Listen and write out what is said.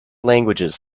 languages